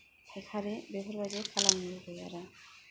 फायखारि बेफोरबायदि खालामनो लुगैयो आरो